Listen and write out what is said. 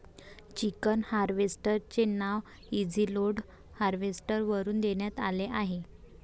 chicken harvester चे नाव easy load harvester वरून देण्यात आले आहे